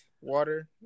water